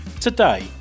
today